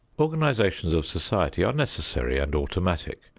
organizations of society are necessary and automatic.